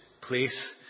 place